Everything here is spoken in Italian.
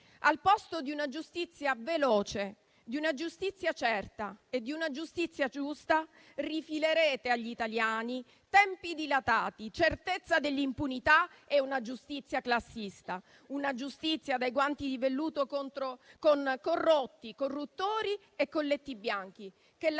al posto di una giustizia veloce, certa e giusta, rifilerete agli italiani tempi dilatati, certezza dell'impunità e una giustizia classista; una giustizia dai guanti di velluto con corrotti, corruttori e colletti bianchi, che